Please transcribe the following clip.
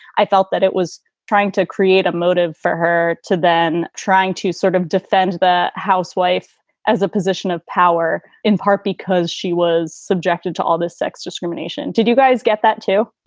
i felt that it was trying to create a motive for her to then trying to sort of defend that housewife as a position of power, in part because she was subjected to all this sex discrimination. did you guys get that, too?